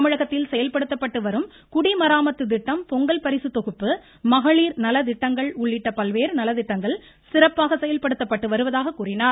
தமிழகத்தில் செயல்படுத்தப்பட்டு வரும் குடிமராமத்து திட்டம் பொங்கல் பரிசு தொகுப்பு மகளிர் நல திட்டங்கள் உள்ளிட்ட பல்வேறு நலத்திட்டங்கள் சிறப்பாக செயல்படுத்தப்பட்டு வருவதாக தெரிவித்தார்